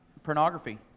Pornography